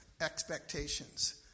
expectations